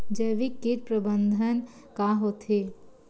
जैविक कीट प्रबंधन का होथे?